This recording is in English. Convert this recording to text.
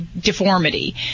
deformity